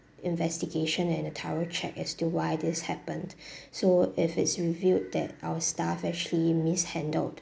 investigation and a thorough check as to why this happened so if it's revealed that our staff actually mishandled